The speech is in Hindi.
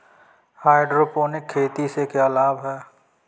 हाइड्रोपोनिक खेती से क्या लाभ हैं?